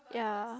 yeah